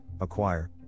acquire